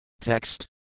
Text